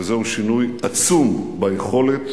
וזהו שינוי עצום ביכולת